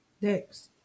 Next